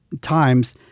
times